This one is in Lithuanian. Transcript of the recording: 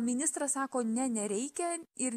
ministras sako ne nereikia ir